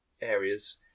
areas